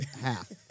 half